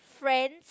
friend